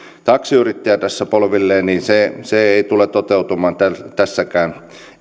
taksiyrittäjä polvilleen niin se ei tule toteutumaan tässäkään